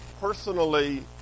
personally